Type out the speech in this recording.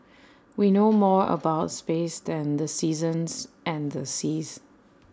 we know more about space than the seasons and the seas